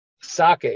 sake